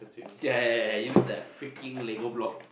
ya ya ya it's a freaking lego block